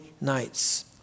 nights